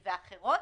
ואחרות.